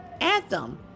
Anthem